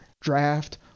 draft